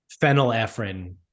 phenylephrine